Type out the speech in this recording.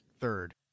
Third